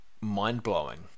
mind-blowing